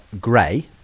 Gray